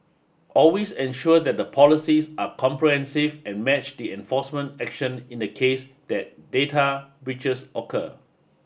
always ensure that the policies are comprehensive and matched the enforcement action in the case that data breaches occur